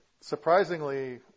Surprisingly